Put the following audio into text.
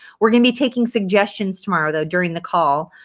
we're going to be taking suggestions tomorrow though during the call.